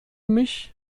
mich